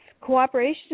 cooperation